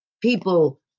people